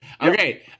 okay